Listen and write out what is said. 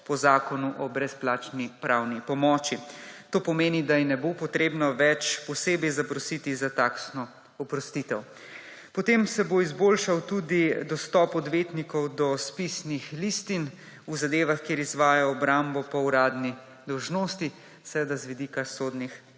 po Zakonu o brezplačni pravni pomoči. To pomeni, da ji ne bo potrebno več posebej zaprositi za taksno oprostitev. Potem se bo izboljšal tudi dostop odvetnikov do spisnih listin v zadevah, kjer izvajajo obrambo po uradni dolžnosti, seveda z vidika sodnih